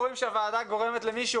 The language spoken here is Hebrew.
כבר אנחנו רואים שהוועדה גורמת למישהו